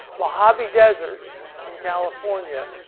mohave desert in california